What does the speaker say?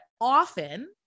often